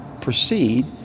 proceed